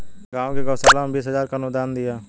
गांव की गौशाला में बीस हजार का अनुदान दिया